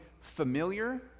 familiar